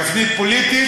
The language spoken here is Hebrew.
תפנית פוליטית?